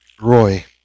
Roy